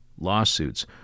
lawsuits